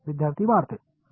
विद्यार्थीः वाढते